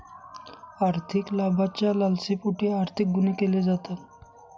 आर्थिक लाभाच्या लालसेपोटी आर्थिक गुन्हे केले जातात